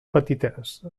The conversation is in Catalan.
petites